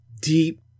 deep